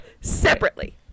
separately